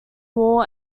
wall